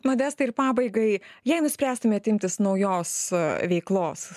modestai ir pabaigai jei nuspręstumėt imtis naujos veiklos